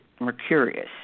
Mercurius